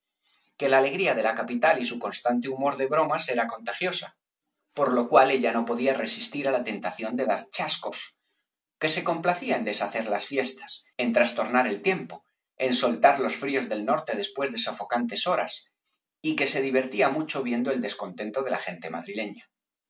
que la alegría de la capital y su constante humor de bromas era contagiosa por lo cual ella no podía resistir theros á la tentación de dar chascos que se complacía en deshacer las fiestas en trastornar el tiempo en soltar los fríos del norte después de sofocantes horas y que se divertía mucho viendo el descontento de la gente madrileña